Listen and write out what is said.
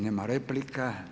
Nema replika.